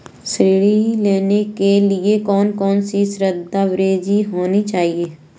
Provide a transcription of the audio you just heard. ऋण लेने के लिए कौन कौन से दस्तावेज होने चाहिए?